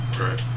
right